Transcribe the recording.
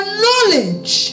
knowledge